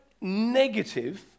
negative